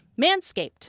Manscaped